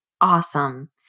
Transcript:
awesome